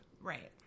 Right